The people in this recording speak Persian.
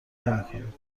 نمیکنید